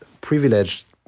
privileged